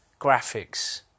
graphics